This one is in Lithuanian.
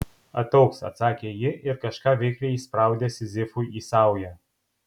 ataugs atsakė ji ir kažką vikriai įspraudė sizifui į saują